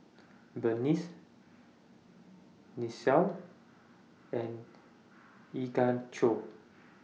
Berniece Nichelle and Ignacio